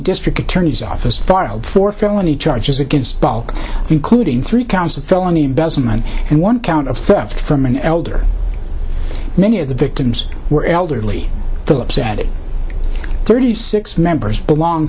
district attorney's office filed for felony charges against including three counts of felony investment and one count of stuff from an elder many of the victims were elderly philip said it thirty six members belong